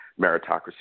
meritocracy